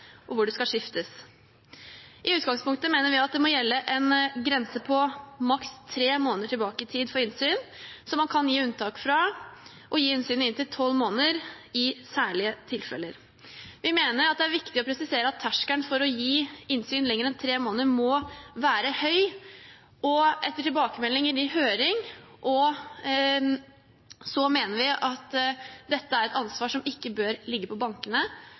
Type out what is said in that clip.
og hvor det skal skiftes. I utgangspunktet mener vi at det må gjelde en grense på maks tre måneder tilbake i tid for innsyn, som man kan gi unntak fra, og at man kan gi innsyn i inntil tolv måneder i særlige tilfeller. Vi mener det er viktig å presisere at terskelen for å gi innsyn lenger enn tre måneder må være høy, og etter tilbakemeldinger i høring mener vi at dette er et ansvar som ikke bør påligge bankene,